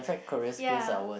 ya